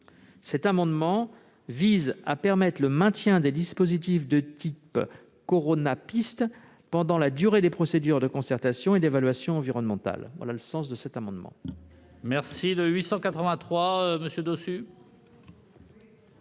Cet amendement vise à permettre le maintien des dispositifs de type « coronapistes » pendant la durée des procédures de concertation et d'évaluation environnementale. L'amendement